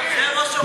זה ראש האופוזיציה?